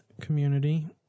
community